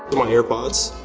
my airpods,